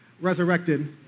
resurrected